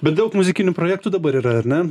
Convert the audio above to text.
bet daug muzikinių projektų dabar yra ar ne